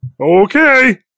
Okay